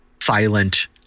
silent